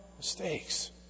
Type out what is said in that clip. mistakes